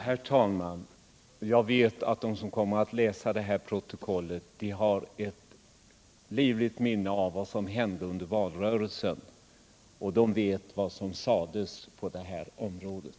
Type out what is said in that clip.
Herr talman! Jag vet att de som kommer att läsa det här protokollet har livligt minne av vad som hände under valrörelsen. De vet vad som sades på denna punkt.